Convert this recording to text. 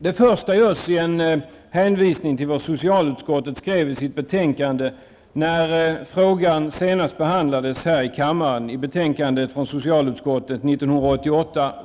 Det första görs i en hänvisning till vad socialutskottet skrev i sitt betänkande 1989/90:24 när frågan senast behandlades.